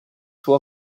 suo